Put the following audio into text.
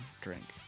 drink